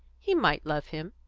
he might love him.